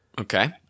Okay